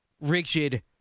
rigid